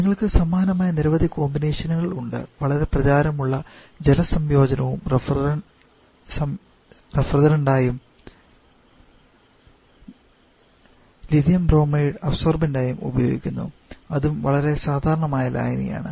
നിങ്ങൾക്ക് സമാനമായ നിരവധി കോമ്പിനേഷനുകളുണ്ട് വളരെ പ്രചാരമുള്ള ജല സംയോജനവും റഫ്രിജറന്റായും ലിഥിയം ബ്രോമൈഡ് അബ്സോർബന്റായും ഉപയോഗിക്കുന്നു അതും വളരെ സാധാരണമായ ലായനിയാണ്